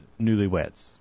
newlyweds